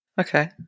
Okay